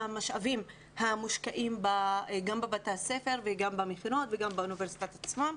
המשאבים המושקעים גם בבתי הספר וגם במכללות וגם באוניברסיטאות עצמן,